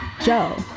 Joe